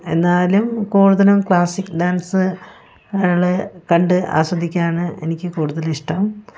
എന്നാലും കൂടുതലും ക്ലാസിക് ഡാൻസുകൾ കണ്ട് ആസ്വദിക്കാനാണ് എനിക്ക് കൂടുതലിഷ്ടം